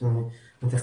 ומי